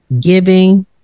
Giving